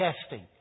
Testing